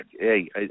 hey